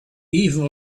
even